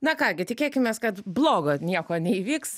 na ką gi tikėkimės kad blogo nieko neįvyks